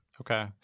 Okay